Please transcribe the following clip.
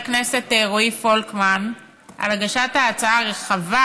הכנסת רועי פולקמן על הגשת ההצעה הרחבה.